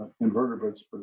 invertebrates